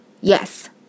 yes